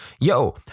Yo